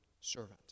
servant